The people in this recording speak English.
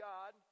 God